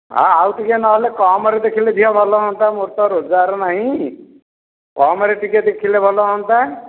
ହଁ ଆଉ ଟିକେ ନହେଲେ କମ୍ରେ ଦେଖିଲେ ଝିଅ ଭଲ ହୁଅନ୍ତା ମୋର ତ ରୋଜଗାର ନାହିଁ କମ୍ରେ ଟିକେ ଦେଖିଲେ ଭଲ ହୁଅନ୍ତା